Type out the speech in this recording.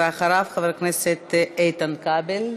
ואחריו, חבר הכנסת איתן כבל.